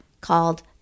called